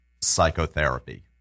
psychotherapy